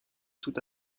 tout